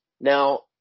Now